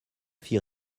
fit